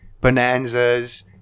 bonanzas